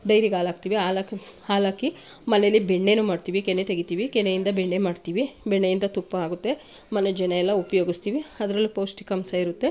ಡೈರಿಗೆ ಹಾಲು ಹಾಕ್ತೀವಿ ಹಾಲು ಹಾಕಿ ಹಾಲಾಕಿ ಮನೇಲಿ ಬೆಣ್ಣೆನೂ ಮಾಡ್ತೀವಿ ಕೆನೆ ತೆಗಿತೀವಿ ಕೆನೆಯಿಂದ ಬೆಣ್ಣೆ ಮಾಡ್ತೀವಿ ಬೆಣ್ಣೆಯಿಂದ ತುಪ್ಪ ಆಗುತ್ತೆ ಮನೆ ಜನ ಎಲ್ಲ ಉಪಯೋಗಿಸ್ತೀವಿ ಅದ್ರಲ್ಲಿ ಪೌಷ್ಟಿಕಾಂಶ ಇರುತ್ತೆ